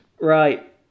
Right